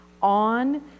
On